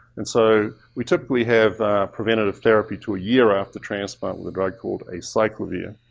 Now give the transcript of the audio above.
and so we typically have preventative therapy to a year after transplant with a drug called a cycle view.